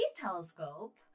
Telescope